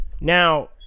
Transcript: Now